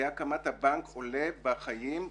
בהקמת הבנק עולה בחיים,